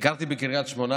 ביקרתי בקריית שמונה,